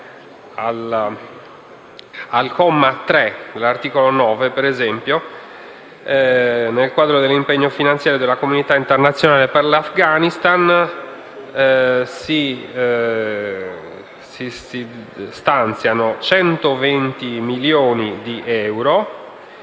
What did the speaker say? al comma 3 dell'articolo 9, nel quadro dell'impegno finanziario della comunità internazionale per l'Afghanistan, si stanziano 120 milioni di euro